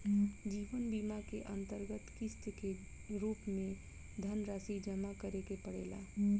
जीवन बीमा के अंतरगत किस्त के रूप में धनरासि जमा करे के पड़ेला